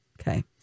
okay